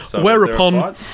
Whereupon